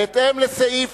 בהתאם לסעיף